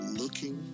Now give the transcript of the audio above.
looking